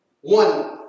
One